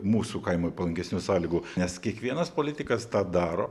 mūsų kaimui palankesnių sąlygų nes kiekvienas politikas tą daro